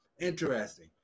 interesting